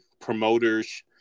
promoters